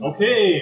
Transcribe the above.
Okay